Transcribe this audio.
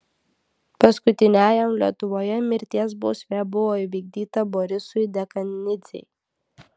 paskutiniajam lietuvoje mirties bausmė buvo įvykdyta borisui dekanidzei